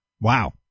Wow